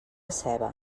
seva